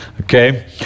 Okay